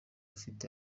afite